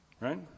right